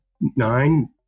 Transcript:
nine